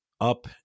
up